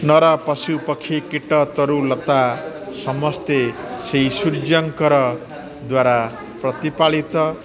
ନର ପଶୁପକ୍ଷୀ କୀଟ ତରୁଲତା ସମସ୍ତେ ସେହି ସୂର୍ଯ୍ୟଙ୍କର ଦ୍ୱାରା ପ୍ରତିପାଳିତ